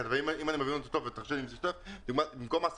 לא רק למשרדי